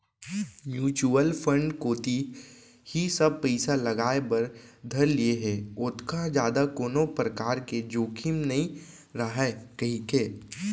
mutual fund कोती ही सब पइसा लगाय बर धर लिये हें ओतका जादा कोनो परकार के जोखिम नइ राहय कहिके